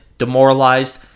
Demoralized